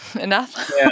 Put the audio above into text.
enough